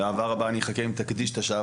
באהבה רבה אני אחכה אם תקדיש את השעה